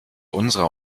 unserer